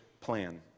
plan